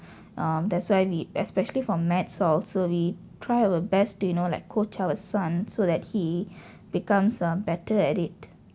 um that's why we especially for maths also we try our best to you know like coach our son so that he becomes um better at it